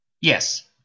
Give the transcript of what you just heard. Yes